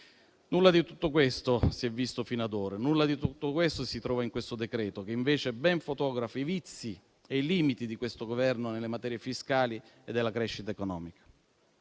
Nulla di tutto questo si è visto fino ad ora. Nulla di tutto questo si trova nel decreto-legge in esame, che invece ben fotografa i vizi e i limiti di questo Governo nelle materie fiscali e della crescita economica.